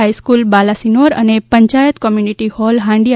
high school Balasinor અન panchayat community hall Handiya